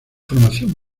formación